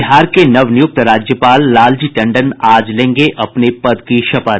बिहार के नवनियुक्त राज्यपाल लालजी टंडन आज लेंगे अपने पद की शपथ